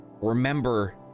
remember